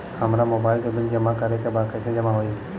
हमार मोबाइल के बिल जमा करे बा कैसे जमा होई?